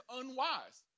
unwise